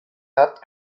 hart